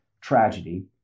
tragedy